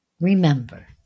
Remember